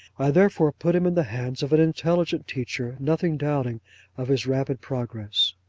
i therefore put him in the hands of an intelligent teacher, nothing doubting of his rapid progress